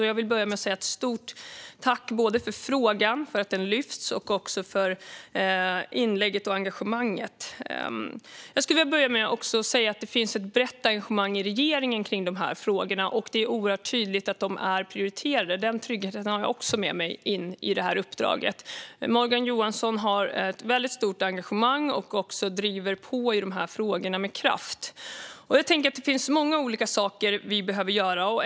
Jag vill alltså börja med ett stort tack både för att frågan lyfts och för inlägget och engagemanget. Jag vill också säga att det finns ett brett engagemang i regeringen kring de här frågorna. Det är oerhört tydligt att de är prioriterade; den tryggheten har jag också med mig in i det här uppdraget. Morgan Johansson har ett väldigt stort engagemang och driver också på i dessa frågor med kraft. Jag tänker att det finns många olika saker vi behöver göra.